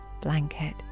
blanket